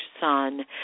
son